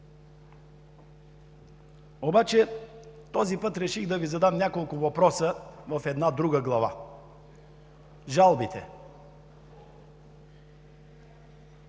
газ. Този път реших да Ви задам няколко въпроса по една друга глава – „Жалби“.